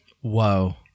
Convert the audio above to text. Whoa